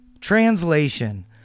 Translation